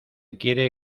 quiere